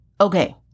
Okay